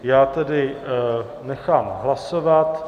Já tedy nechám hlasovat.